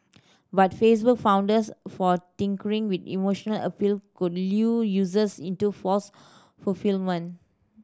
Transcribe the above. but Facebook fondness for tinkering with emotional appeal could lull users into false fulfilment